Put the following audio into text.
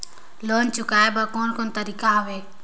Loan चुकाए बर कोन कोन तरीका हवे?